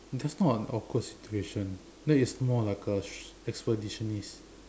that's not an awkward situation that is more like a expeditionist